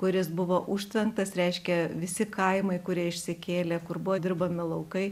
kuris buvo užtvenktas reiškia visi kaimai kurie išsikėlė kur buvo dirbami laukai